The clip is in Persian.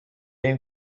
ایم